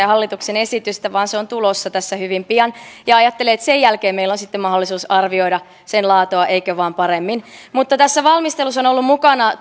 hallituksen esitystä vaan se on tulossa tässä hyvin pian ja ajattelen että sen jälkeen meillä on sitten mahdollisuus arvioida sen laatua eikö vain paremmin tässä valmistelussa on ollut mukana